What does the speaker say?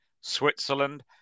Switzerland